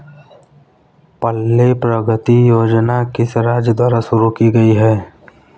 पल्ले प्रगति योजना किस राज्य द्वारा शुरू की गई है?